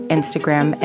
Instagram